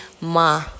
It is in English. ma